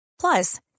Plus